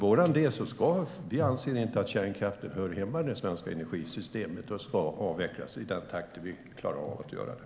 Vi anser inte att kärnkraften hör hemma i det svenska energisystemet utan ska avvecklas i den takt som vi klarar av att göra det.